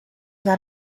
not